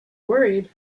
worried